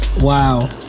Wow